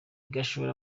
gashora